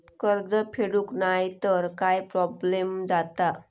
कर्ज फेडूक नाय तर काय प्रोब्लेम जाता?